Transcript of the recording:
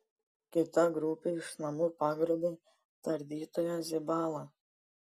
kita grupė iš namų pagrobė tardytoją zibalą